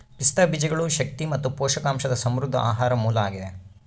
ಪಿಸ್ತಾ ಬೀಜಗಳು ಶಕ್ತಿ ಮತ್ತು ಪೋಷಕಾಂಶದ ಸಮೃದ್ಧ ಆಹಾರ ಮೂಲ ಆಗಿದೆ